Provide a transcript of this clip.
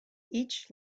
each